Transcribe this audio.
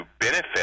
benefit